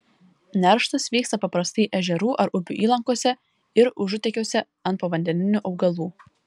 nerštas vyksta paprastai ežerų ar upių įlankose ir užutekiuose ant povandeninių augalų